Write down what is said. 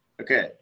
Okay